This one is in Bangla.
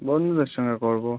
বন্ধুদের সঙ্গে করবো